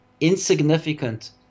insignificant